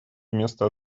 вместо